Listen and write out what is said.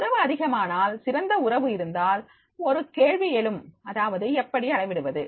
உறவு அதிகமானால் சிறந்த உறவு இருந்தால் ஒரு கேள்வி எழும் அதாவது எப்படி அளவிடுவது